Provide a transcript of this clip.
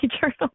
journal